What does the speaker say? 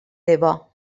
debò